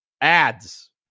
Ads